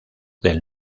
del